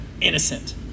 innocent